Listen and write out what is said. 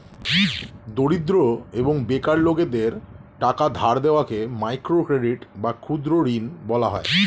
দরিদ্র এবং বেকার লোকদের টাকা ধার দেওয়াকে মাইক্রো ক্রেডিট বা ক্ষুদ্র ঋণ বলা হয়